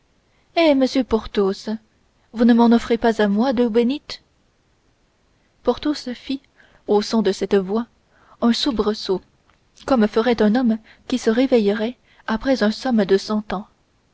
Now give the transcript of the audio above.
eh monsieur porthos vous ne m'en offrez pas à moi d'eau bénite porthos fit au son de cette voix un soubresaut comme ferait un homme qui se réveillerait après un somme de cent ans